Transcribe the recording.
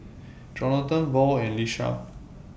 Jonathon Val and Lisha